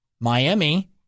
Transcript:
Miami